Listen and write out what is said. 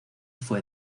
fue